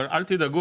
אבל אל תדאגו,